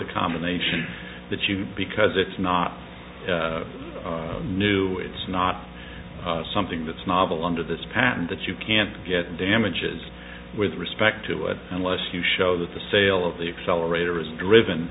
the combination that you because it's not new it's not something that's novel under this patent that you can't get damages with respect to it unless you show that the sale of the accelerator is driven